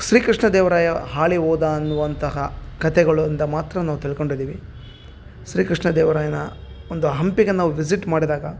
ಶ್ರೀಕೃಷ್ಣದೇವ್ರಾಯ ಆಳಿ ಹೋದ ಅನ್ನುವಂತಹ ಕತೆಗಳಿಂದ ಮಾತ್ರ ನಾವು ತಿಳ್ಕೊಂಡಿದ್ದೀವಿ ಶ್ರೀಕೃಷ್ಣದೇವರಾಯನ ಒಂದು ಹಂಪೆಗೆ ನಾವು ವಿಸಿಟ್ ಮಾಡಿದಾಗ